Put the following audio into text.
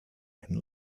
and